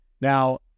Now